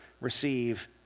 receive